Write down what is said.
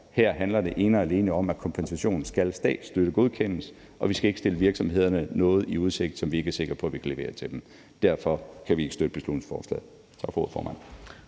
her handler det ene og alene om, at kompensationen skal statsstøttegodkendes, og vi skal ikke stille virksomhederne noget i udsigt, som vi ikke er sikre på vi kan levere til dem. Derfor kan vi ikke støtte beslutningsforslaget.